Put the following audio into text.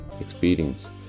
experience